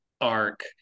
arc